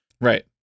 Right